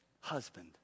Husband